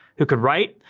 who could write,